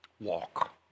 Walk